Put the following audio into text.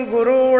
Guru